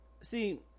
see